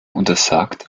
untersagt